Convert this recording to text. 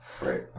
Right